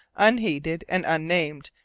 unheeded and unnamed,